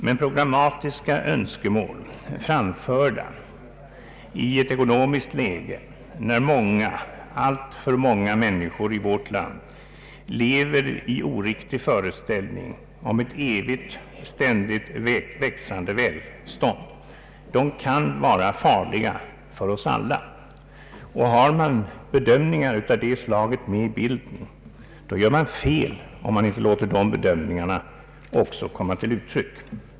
Men programmatiska önskemål, framförda i ett läge där många — alltför många — människor i vårt land lever i oriktig föreställning om ett evigt, ständigt växande välstånd, kan vara farliga för oss alla. Har man bedömningar av det slaget med i bilden, gör man fel om man inte låter dessa bedömningar komma till uttryck.